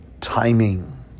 timing